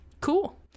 Cool